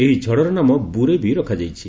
ଏହି ଝଡର ନାମ 'ବୁରେବି' ରଖାଯାଇଛି